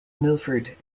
milford